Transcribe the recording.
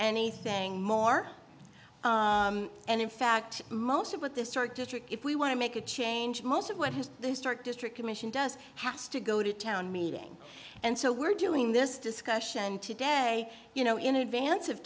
anything more and in fact most of what this star district if we want to make a change most of what has to start district commission does has to go to town meeting and so we're doing this discussion today you know in advance of